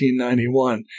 1891